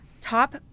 Top